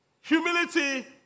Humility